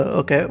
okay